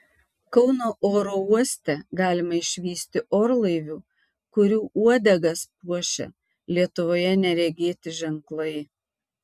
kauno oro uoste galima išvysti orlaivių kurių uodegas puošia lietuvoje neregėti ženklai